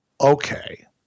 Okay